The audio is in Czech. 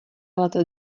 let